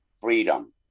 freedom